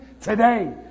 today